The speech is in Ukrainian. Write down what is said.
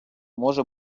може